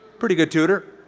pretty good tutor.